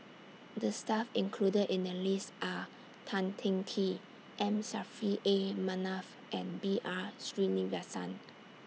The Staff included in The list Are Tan Teng Kee M Saffri A Manaf and B R Sreenivasan